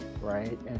right